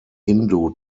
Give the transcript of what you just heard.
hindu